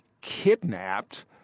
kidnapped